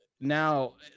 Now